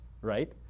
right